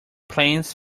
plans